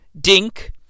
Dink